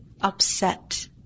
upset